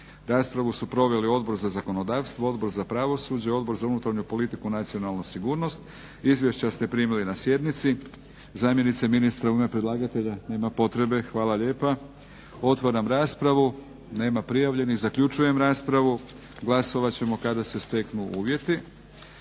Raspravu su proveli Odbor za zakonodavstvo, Odbor za pravosuđe, Odbor za unutarnju politiku i nacionalnu sigurnost. Izvješća ste primili na sjednici. Zamjenice ministra u ime predlagatelja? Nema potrebe. Hvala lijepa. Otvaram raspravu. Nema prijavljenih. Zaključujem raspravu. Glasovat ćemo kada se steknu uvjeti.